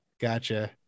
gotcha